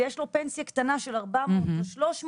ויש לו פנסיה קטנה של ארבע מאות או שלוש מאות,